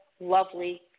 lovely